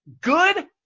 Good